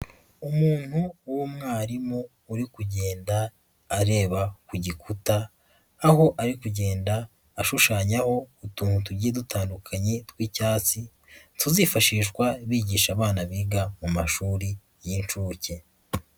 Umuntu w'umwarimu uri kugenda areba ku gikuta aho ari kugenda ashushanyaho utuntu tugiye dutandukanye tw'icyatsi tuzifashishwa bigisha abana biga mu mashuri y'inshuke.